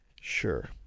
Sure